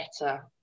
better